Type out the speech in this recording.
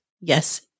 yes